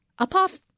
Upoff